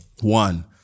One